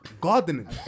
Gardening